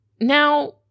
Now